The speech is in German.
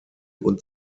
und